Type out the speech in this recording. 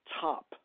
top